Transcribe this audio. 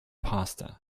pasta